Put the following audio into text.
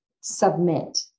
submit